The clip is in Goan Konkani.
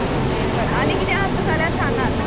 ओके हय आनी कितें आसा जाल्यार सांगात